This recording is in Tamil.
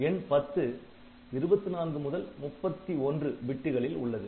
எண் 10 இருபத்துநான்கு முதல் முப்பத்து ஒன்று பிட்டுகளில் உள்ளது